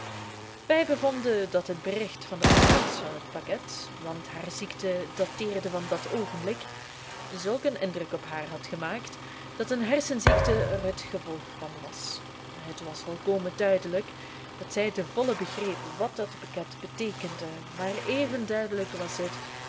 wij bevonden dat het bericht van de ontvangst van het pakket want haar ziekte dateerde van dat oogenblik zulk een indruk op haar had gemaakt dat een hersenziekte er het gevolg van was het was volkomen duidelijk dat zij ten volle begreep wat dat pakket beteekende maar even duidelijk was het